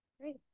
Great